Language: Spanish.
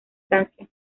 francia